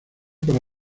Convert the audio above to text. para